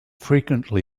frequently